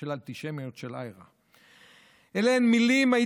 של אנטישמיות של IHRA. אלה הן מילים סטריליות,